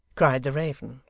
cried the raven,